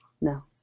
no